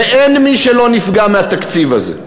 ואין מי שלא נפגע מהתקציב הזה,